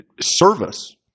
service